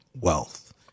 wealth